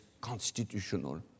constitutional